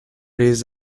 les